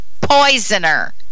poisoner